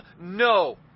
no